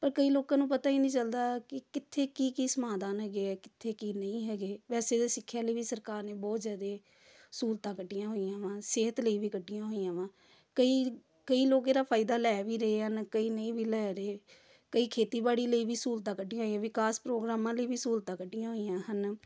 ਪਰ ਕਈ ਲੋਕਾਂ ਨੂੰ ਪਤਾ ਹੀ ਨਹੀਂ ਚੱਲਦਾ ਕਿ ਕਿੱਥੇ ਕੀ ਕੀ ਸਮਾਧਾਨ ਹੈਗੇ ਹੈ ਕਿੱਥੇ ਕੀ ਨਹੀਂ ਹੈਗੇ ਵੈਸੇ ਤਾਂ ਸਿੱਖਿਆ ਲਈ ਵੀ ਸਰਕਾਰ ਨੇ ਬਹੁਤ ਜ਼ਿਆਦਾ ਸਹੂਲਤਾਂ ਕੱਢੀਆਂ ਹੋਈਆਂ ਵਾ ਸਿਹਤ ਲਈ ਵੀ ਕੱਢੀਆਂ ਹੋਈਆਂ ਵਾ ਕਈ ਕਈ ਲੋਕ ਇਹਦਾ ਫਾਇਦਾ ਲੈ ਵੀ ਰਹੇ ਹਨ ਕਈ ਨਹੀਂ ਵੀ ਲੈ ਰਹੇ ਕਈ ਖੇਤੀਬਾੜੀ ਲਈ ਵੀ ਸਹੂਲਤਾਂ ਕੱਢੀਆਂ ਹੋਈਆਂ ਵਿਕਾਸ ਪ੍ਰੋਗਰਾਮਾਂ ਲਈ ਵੀ ਸਹੂਲਤਾਂ ਕੱਢੀਆਂ ਹੋਈਆਂ ਹਨ